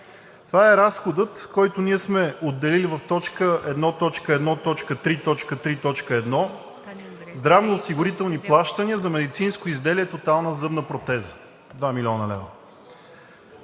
Това е разходът, който ние сме отделили в т. 1.1.3.3.1 „Здравноосигурителни плащания за медицинско изделие „Тотална зъбна протеза“ – 2 млн. лв.“